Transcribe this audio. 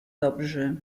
dobrzy